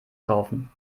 kaufen